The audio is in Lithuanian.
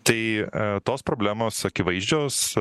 tai tos problemos akivaizdžios